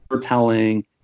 telling